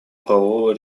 правового